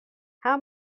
how